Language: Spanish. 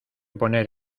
poner